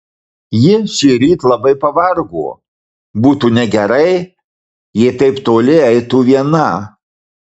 ji šįryt labai pavargo būtų negerai jei taip toli eitų viena